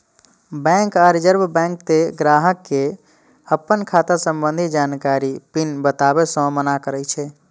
bank आ reserve bank तें ग्राहक कें अपन खाता संबंधी जानकारी, पिन बताबै सं मना करै छै